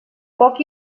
poc